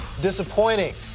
disappointing